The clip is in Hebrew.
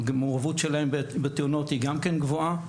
המעורבות שלהם בתאונות היא גם כן גבוהה.